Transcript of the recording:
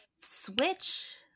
switch